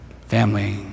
family